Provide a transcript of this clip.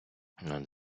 над